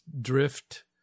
drift